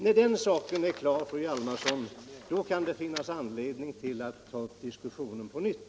När den saken är klar, fru Hjalmarsson, kan det finnas anledning att ta upp diskussionen på nytt.